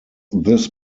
this